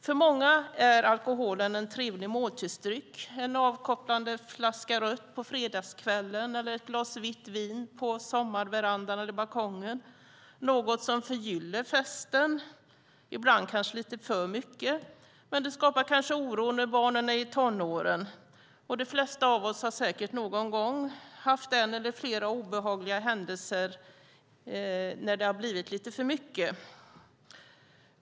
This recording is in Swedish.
För många är alkoholen en trevlig måltidsdryck, en avkopplande flaska rött på fredagskvällen eller ett glas vitt vin på sommarverandan eller balkongen, något som förgyller festen, ibland kanske lite för mycket. Den skapar kanske oro när barnen är i tonåren, och de flesta av oss har säkert någon gång upplevt en eller flera obehagliga händelser när det har blivit lite för mycket.